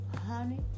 Honey